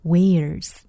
Wears